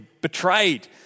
betrayed